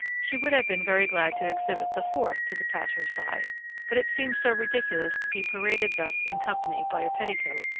she would have been very glad to exhibit the fourth to the passers-by but it seemed so ridiculous to be paraded thus in company by a petticoat,